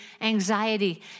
anxiety